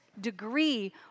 degree